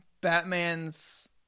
Batman's